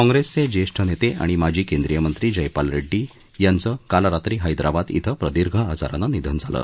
काँग्रेसचे ज्येष्ठ नेते आणि माजी केंदीय मंत्री जयपाल रेड्डी यांचं काल रात्री हैदराबाद इथं प्रदीर्घ आजारानं निधन झालं